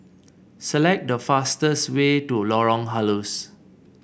select the fastest way to Lorong Halus